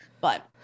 but-